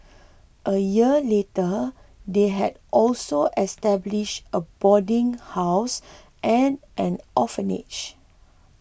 a year later they had also established a boarding house and an orphanage